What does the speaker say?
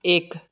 એક